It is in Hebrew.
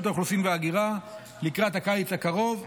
האוכלוסין וההגירה לקראת הקיץ הקרוב,